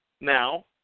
now